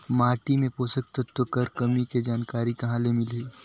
माटी मे पोषक तत्व कर कमी के जानकारी कहां ले मिलही?